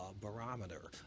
barometer